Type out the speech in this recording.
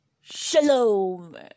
shalom